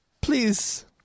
please